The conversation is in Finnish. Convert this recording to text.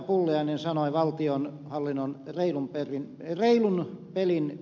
pulliainen sanoi valtionhallinnon reilun pelin periaatteesta